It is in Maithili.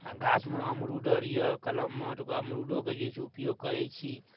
आ गाछमे अमरूद आर यऽ कलममे ओतुका अमरुदोके जे छै उपयोग करै छी